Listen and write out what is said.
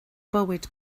bywyd